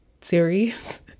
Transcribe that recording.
series